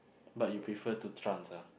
but you prefer to trance ah